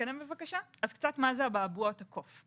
מה זה אבעבועות הקוף?